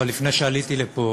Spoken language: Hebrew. אבל לפני שעליתי לפה